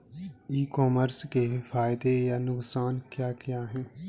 ई commerce के फायदे या नुकसान क्या क्या हैं?